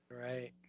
Right